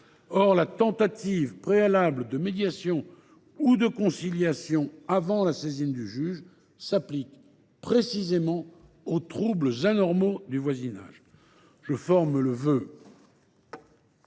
que la tentative de médiation ou de conciliation préalable à la saisine du juge s’applique précisément aux troubles anormaux de voisinage. Je forme le vœu